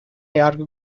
yargı